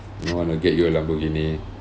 no one will get you a lamborghini